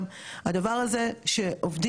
חשוב להגיד מה זה הכספים האלה,